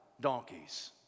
donkeys